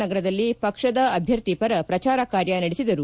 ನಗರದಲ್ಲಿ ಪಕ್ಷದ ಅಭ್ಯರ್ಥಿ ಪರ ಪ್ರಜಾರ ಕಾರ್ಯ ನಡೆಸಿದರು